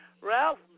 Ralph